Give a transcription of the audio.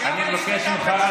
אני מבקש ממך,